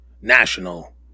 National